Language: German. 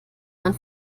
man